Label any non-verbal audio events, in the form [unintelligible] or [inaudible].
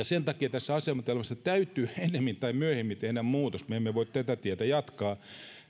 [unintelligible] sen takia tähän asetelmaan täytyy ennemmin tai myöhemmin tehdä muutos me emme voi tätä tietä jatkaa